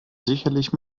sicherlich